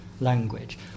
language